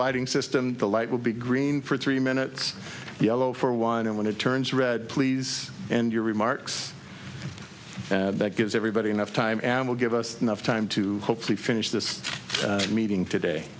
lighting system the light will be green for three minutes yellow for one and when it turns red please and your remarks that gives everybody enough time and will give us enough time to hopefully finish this meeting today